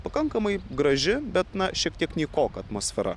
pakankamai graži bet na šiek tiek nykoka atmosfera